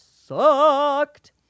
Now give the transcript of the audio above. sucked